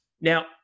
Now